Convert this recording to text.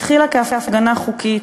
התחילה כהפגנה חוקית,